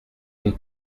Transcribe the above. une